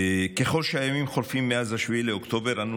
ככל שהימים חולפים מאז 7 באוקטובר אנו